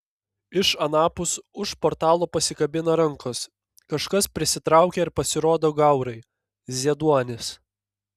iš anapus už portalo pasikabina rankos kažkas prisitraukia ir pasirodo gaurai zieduonis